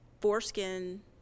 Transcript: foreskin –